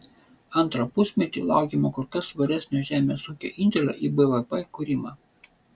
antrą pusmetį laukiama kur kas svaresnio žemės ūkio indėlio į bvp kūrimą